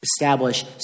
establish